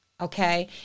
okay